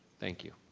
thank you.